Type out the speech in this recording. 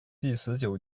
第十九